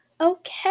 Okay